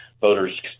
voters